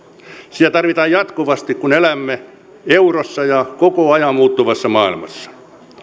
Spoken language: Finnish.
sitä tarvitaan jatkuvasti kun elämme eurossa ja koko ajan muuttuvassa maailmassa